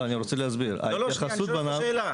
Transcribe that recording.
אני שואל אותך שאלה,